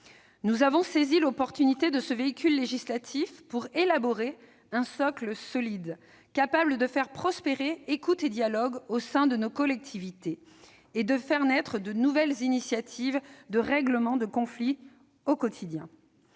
Nous avons saisi l'occasion de ce véhicule législatif pour élaborer un socle solide, capable de faire prospérer écoute et dialogue au sein de nos collectivités et de faire naître de nouvelles initiatives de règlement de conflits au quotidien.